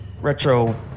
retro